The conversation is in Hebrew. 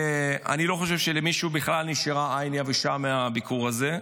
אני לא חושב שלמישהו בכלל נשארה עין יבשה מהביקור הזה,